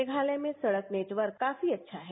मेघालय में सड़क नेटवर्क काफी अँक्या है